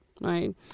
Right